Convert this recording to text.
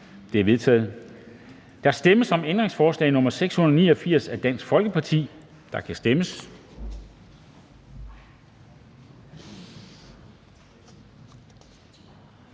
De er vedtaget. Der stemmes om ændringsforslag nr. 667 af DF, og der kan stemmes.